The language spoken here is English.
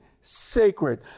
sacred